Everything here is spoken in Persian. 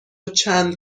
چند